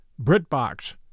BritBox